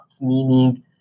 meaning